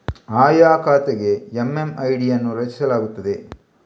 ಆಯಾ ಖಾತೆಗೆ ಎಮ್.ಎಮ್.ಐ.ಡಿ ಅನ್ನು ರಚಿಸಲಾಗುತ್ತದೆ